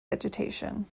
vegetation